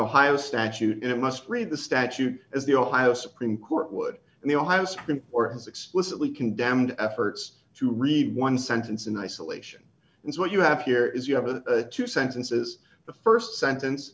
ohio statute it must read the statute as the ohio supreme court would and they all have or has explicitly condemned efforts to read one sentence in isolation and what you have here is you have a two sentences the st sentence